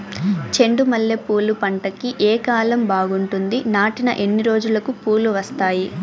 చెండు మల్లె పూలు పంట కి ఏ కాలం బాగుంటుంది నాటిన ఎన్ని రోజులకు పూలు వస్తాయి